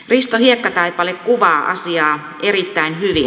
risto hiekkataipale kuvaa asiaa erittäin hyvin